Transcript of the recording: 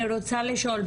אני רוצה לשאול,